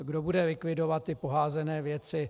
Kdo bude likvidovat poházené věci?